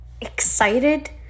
excited